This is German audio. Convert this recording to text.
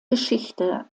geschichte